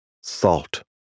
Salt